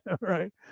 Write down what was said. right